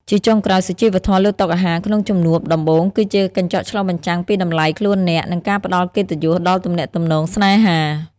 ជាចុងក្រោយ សុជីវធម៌លើតុអាហារក្នុងជំនួបដំបូង គឺជាកញ្ចក់ឆ្លុះបញ្ចាំងពីតម្លៃខ្លួនអ្នក និងការផ្ដល់កិត្តិយសដល់ទំនាក់ទំនងស្នេហា។